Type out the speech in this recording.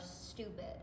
stupid